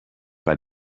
bei